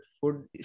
food